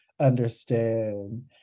understand